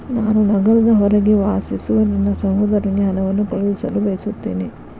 ನಾನು ನಗರದ ಹೊರಗೆ ವಾಸಿಸುವ ನನ್ನ ಸಹೋದರನಿಗೆ ಹಣವನ್ನು ಕಳುಹಿಸಲು ಬಯಸುತ್ತೇನೆ